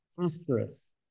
Asterisk